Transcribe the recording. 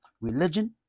Religion